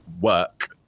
work